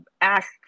ask